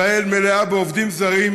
ישראל מלאה בעובדים זרים,